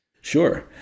Sure